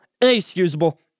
inexcusable